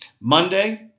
Monday